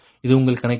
இது உங்கள் கணக்கீடு